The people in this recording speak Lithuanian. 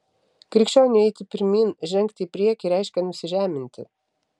krikščioniui eiti pirmyn žengti į priekį reiškia nusižeminti